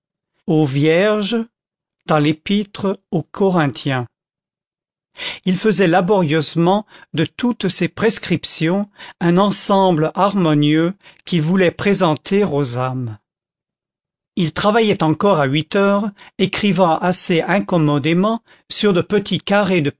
aux vierges dans l'épître aux corinthiens il faisait laborieusement de toutes ces prescriptions un ensemble harmonieux qu'il voulait présenter aux âmes il travaillait encore à huit heures écrivant assez incommodément sur de petits carrés de